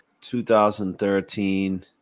2013